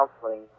counseling